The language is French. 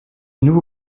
nouveau